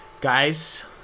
Guys